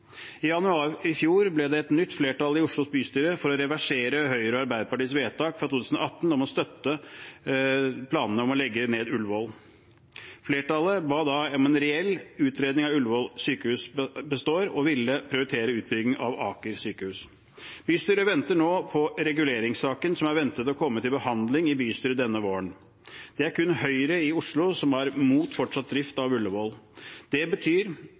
I januar i fjor ble det et nytt flertall i Oslo bystyre for å reversere Høyre og Arbeiderpartiets vedtak fra 2018 om å støtte planene om legge ned Ullevål. Flertallet ba da om en reell utredning av at Ullevål sykehus består, og ville prioritere utbygging av Aker sykehus. Bystyret venter nå på reguleringssaken, som er ventet å komme til behandling i bystyret denne våren. Det er kun Høyre i Oslo som er imot fortsatt drift av Ullevål. Det betyr